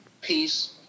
peace